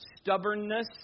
Stubbornness